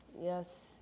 Yes